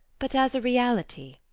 but as a reality.